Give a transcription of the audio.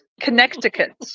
Connecticut